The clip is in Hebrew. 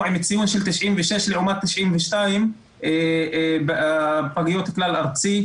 עם ציון של 96 לעומת ציון של 92 בפגיות כלל ארצי.